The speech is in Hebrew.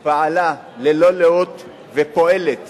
פעלה ללא לאות ופועלת